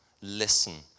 listen